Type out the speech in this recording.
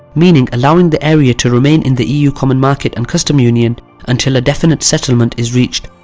meaning allowing the area to remain in the eu common market and custom union until a definite settlement is reached.